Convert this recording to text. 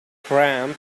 cramp